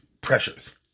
pressures